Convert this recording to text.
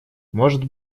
может